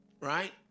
right